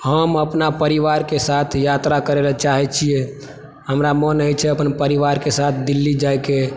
हम अपना परिवार के साथ यात्रा करै लए चाहे छियै हमरा मोन होइ छै अपना परिवार के साथ दिल्ली जायके